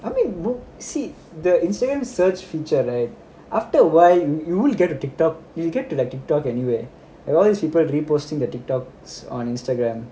I mean bro see the instagram search feature right after awhile you you will get to tik tok you'll get to the tik tok anyway like all these people reposting the tik toks on instagram